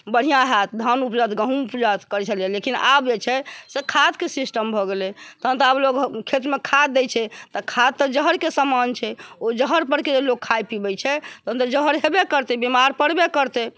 बढ़िऑं होयत धान उपजत गहूॅंम उपजत कहै छलै हँ लेकिन आब जे छै से खाद के सिस्टम भऽ गेलै तहन तऽ आब लोग खेत मे खाद दै छै तऽ खाद तऽ जहर के समान छै ओ जहर पर के जे लोग खाइ पीबै छै तहन तऽ जहर हेबय करतै बीमार परबे करतै